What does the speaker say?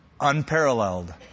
unparalleled